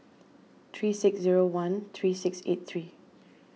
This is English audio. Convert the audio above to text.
three six zero one three six eight three